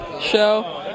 show